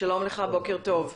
שלום לך, בוקר טוב.